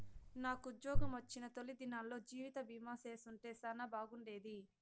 నాకుజ్జోగమొచ్చిన తొలి దినాల్లో జీవితబీమా చేసుంటే సానా బాగుండేది